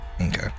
Okay